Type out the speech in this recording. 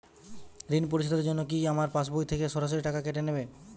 ঋণ পরিশোধের জন্য কি আমার পাশবই থেকে সরাসরি টাকা কেটে নেবে?